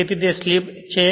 તેથી તે સ્લીપ છે